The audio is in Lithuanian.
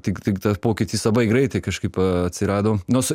tik tik tas pokytis labai greitai kažkaip atsirado nors